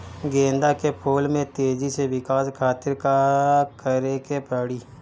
गेंदा के फूल में तेजी से विकास खातिर का करे के पड़ी?